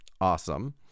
awesome